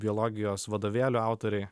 biologijos vadovėlių autoriai